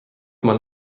mal